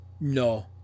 No